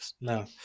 No